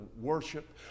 worship